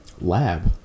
Lab